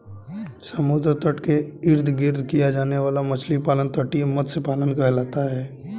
समुद्र तट के इर्द गिर्द किया जाने वाला मछली पालन तटीय मत्स्य पालन कहलाता है